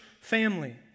family